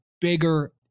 bigger